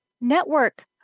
Network